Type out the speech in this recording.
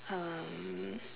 um